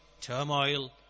turmoil